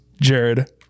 Jared